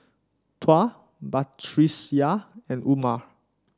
Tuah Batrisya and Umar